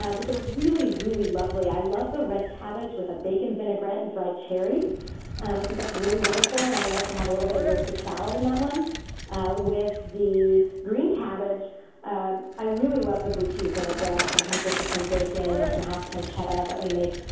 but they're really, really lovely i love the red cabbage with a bacon vinaigrette and dried cherries. i think that's really wonderful. and i like to have a little bit of roasted shallot in that one with the green cabbage um i really love the blue cheese vinaigrette. sometimes we'll put in some bacon or some house pancetta that we make.